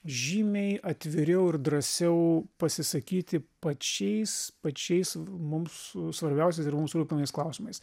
žymiai atviriau ir drąsiau pasisakyti pačiais pačiais mums svarbiausiais ir mums rūpimais klausimais